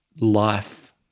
life